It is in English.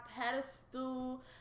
pedestal